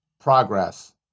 progress